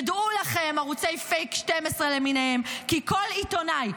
ודעו לכם, ערוצי פייק 12 למיניהם, כי כל עיתונאי,